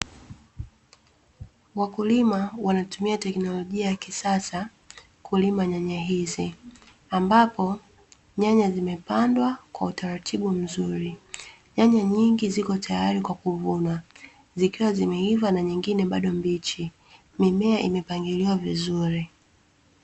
Wakulima wanatumia teknolojia ya kisasa kulima nyanya hizi, ambapo nyanya zimepandwa kwa utaratibu mzuri. Nyanya nyingi ziko tayari kwa kuvuna, zikiwa zimeiva na nyingine bado mbichi. Mimea imepangiliwa vizuri.